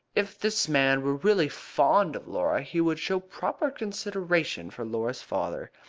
if this man were really fond of laura he would show proper consideration for laura's father.